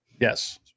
Yes